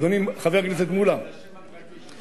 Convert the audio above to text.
אדוני, חבר הכנסת מולה, זה השם הפרטי שלו.